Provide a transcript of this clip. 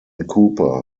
cooper